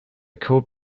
called